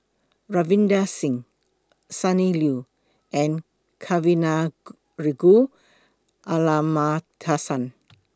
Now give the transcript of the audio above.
Ravinder Singh Sonny Liew and Kavignareru Amallathasan